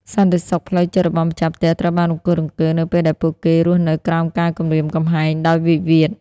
សន្តិសុខផ្លូវចិត្តរបស់ម្ចាស់ផ្ទះត្រូវបានរង្គោះរង្គើ នៅពេលដែលពួកគេរស់នៅក្រោមការគំរាមកំហែងដោយវិវាទ។